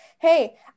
hey